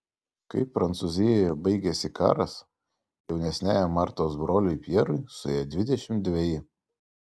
kai prancūzijoje baigėsi karas jaunesniajam martos broliui pjerui suėjo dvidešimt dveji